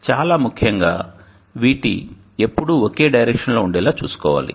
కాబట్టి చాలా ముఖ్యంగా VT ఎప్పుడు ఒకే డైరెక్షన్లో ఉండేలా చూసుకోవాలి